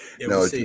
no